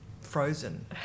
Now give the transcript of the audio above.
frozen